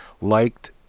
liked